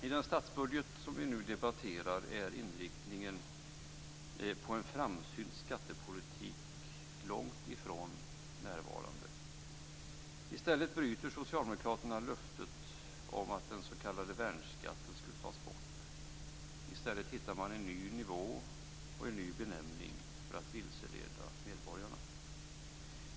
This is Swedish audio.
I den statsbudget som vi nu debatterar är inriktningen på en framsynt skattepolitik långt ifrån närvarande. I stället bryter socialdemokraterna löftet om att den s.k. värnskatten skulle tas bort. I stället hittar man en ny nivå och en ny benämning, för att vilseleda medborgarna.